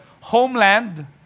homeland